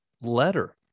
letter